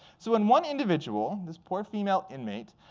so in one individual, this poor female inmate,